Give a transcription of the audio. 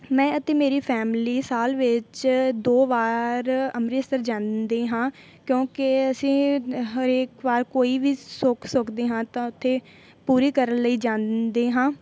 ਮੈਂ ਅਤੇ ਮੇਰੀ ਫੈਮਿਲੀ ਸਾਲ ਵਿੱਚ ਦੋ ਵਾਰ ਅੰਮ੍ਰਿਤਸਰ ਜਾਂਦੇ ਹਾਂ ਕਿਉਂਕਿ ਅਸੀਂ ਹਰੇਕ ਵਾਰ ਕੋਈ ਵੀ ਸੁੱਖ ਸੁੱਖਦੇ ਹਾਂ ਤਾਂ ਉੱਥੇ ਪੂਰੀ ਕਰਨ ਲਈ ਜਾਂਦੇ ਹਾਂ